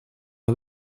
are